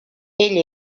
ell